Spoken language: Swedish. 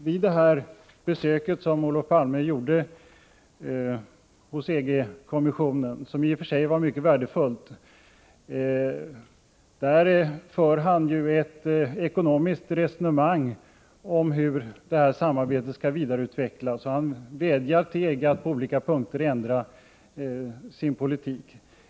Vid det besök som Olof Palme gjorde hos EG-kommissionen — ett besök som i och för sig var mycket värdefullt — förde han ett ekonomiskt resonemang om hur detta samarbete skall vidareutvecklas, och han vädjade till EG att på olika punkter ändra sin politik.